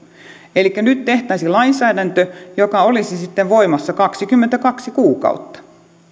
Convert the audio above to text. elikkä nyt tehtäisiin lainsäädäntö joka olisi sitten voimassa kaksikymmentäkaksi kuukautta